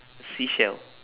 seashell